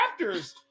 Raptors